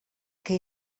que